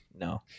No